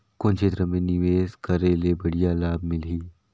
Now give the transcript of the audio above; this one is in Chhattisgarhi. कौन क्षेत्र मे निवेश करे ले बढ़िया लाभ मिलही?